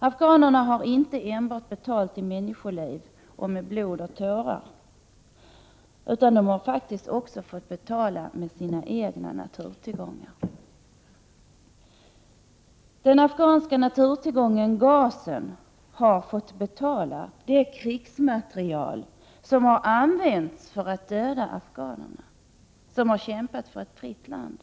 Afghanerna har inte enbart betalat i människoliv och med blod och tårar, utan de har också fått betala med sina egna naturtillgångar. Den afghanska naturtillgången gas har fått betala den krigsmateriel som har använts för att döda afghanerna, som har kämpat för ett fritt land.